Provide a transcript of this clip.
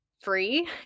free